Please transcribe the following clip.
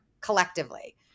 collectively